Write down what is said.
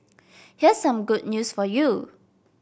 here's some good news for you